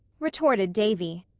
retorted davy.